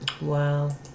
Wow